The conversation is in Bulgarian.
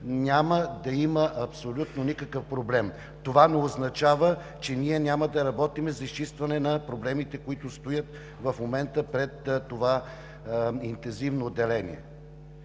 няма да има абсолютно никакъв проблем. Това не означава, че ние няма да работим за изчистване на проблемите, които стоят в момента пред това интензивно отделение.